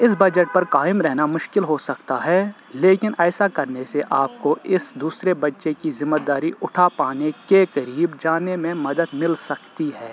اس budget پر قائم رہنا مشکل ہو سکتا ہے لیکن ایسا کرنے سے آپ کو اس دوسرے بچے کی ذمہ داری اٹھا پانے کے قریب جانے میں مدد مل سکتی ہے